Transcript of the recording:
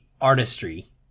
artistry